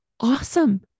awesome